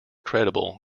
credible